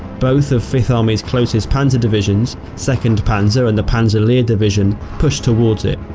both of fifth army's closest panzer divisions, second panzer and the panzer lehr division pushed towards it,